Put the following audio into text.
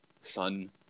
sun